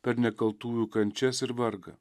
per nekaltųjų kančias ir vargą